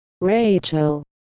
Rachel